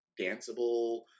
danceable